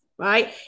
right